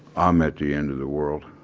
um at the end of the world.